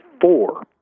four